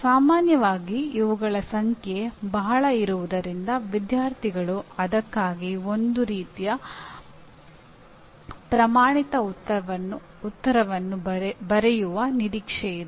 ಸಾಮಾನ್ಯವಾಗಿ ಇವುಗಳ ಸಂಖ್ಯೆ ಬಹಳ ಇರುವುದರಿಂದ ವಿದ್ಯಾರ್ಥಿಗಳು ಅದಕ್ಕಾಗಿ ಒಂದು ರೀತಿಯ ಪ್ರಮಾಣಿತ ಉತ್ತರವನ್ನು ಬರೆಯುವ ನಿರೀಕ್ಷೆಯಿದೆ